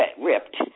ripped